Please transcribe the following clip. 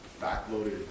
back-loaded